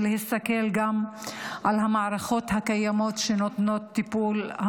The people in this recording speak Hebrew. להסתכל על המערכות הקיימות שנותנות טיפול,